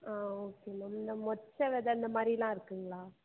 ஆ okay ma'am இந்த மொச்சை வெதை இந்த மாதிரிலாம் இருக்குதுங்களா